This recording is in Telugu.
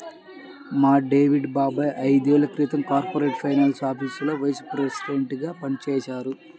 మా డేవిడ్ బాబాయ్ ఐదేళ్ళ క్రితం కార్పొరేట్ ఫైనాన్స్ ఆఫీసులో వైస్ ప్రెసిడెంట్గా పనిజేశారు